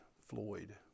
Floyd